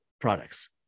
products